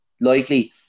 Likely